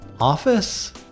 office